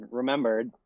remembered